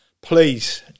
please